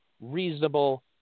reasonable